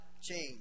change